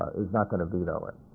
he's not going to veto it.